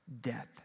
death